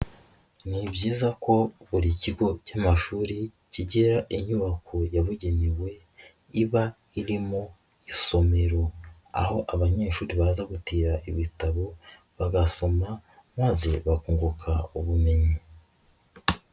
Ni byiza ko buri kigo cy'amashuri kigira inyubako yabugenewe iba irimo isomero aho abanyeshuri baza gutira ibitabo bagasoma maze bakunguka ubumenyi.